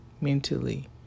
mentally